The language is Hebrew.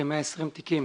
כ-120 תיקים